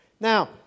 Now